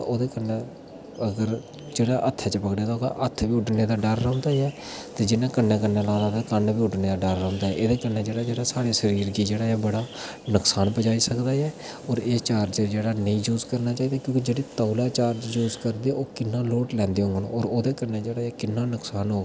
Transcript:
ते ओह्दे कन्नै अगर जेह्ड़ा हत्थे च पगड़े दा होगा तां हत्थ बी उड्डने दा डर रौंह्दा ऐ ते जिन्नै कन्ने कन्नै लाए दा ते कन्न बी उड्डने दा डर रौंह्दा एह्दे कन्नै जेह्ड़ा साढ़े शरीर गी ऐ जेह्ड़ा बड़ा नुक्सान पजाई सकदा ऐ ते एह् चार्जर जेह्ड़ा नेईं यूज़ करना चाहिदा इक जेह्ड़े तोलै यूज़ करदे ओह् किन्ना लोड़ लैंदे होङन ओह्दे कन्नै जेह्ड़ा किन्ना नुकसान होग